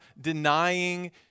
denying